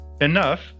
enough